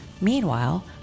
Meanwhile